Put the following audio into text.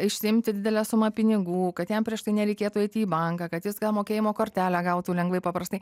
išsiimti didelę sumą pinigų kad jam prieš tai nereikėtų eiti į banką kad jis gal mokėjimo kortelę gautų lengvai paprastai